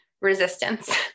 resistance